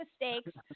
mistakes